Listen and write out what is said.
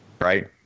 right